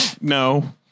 no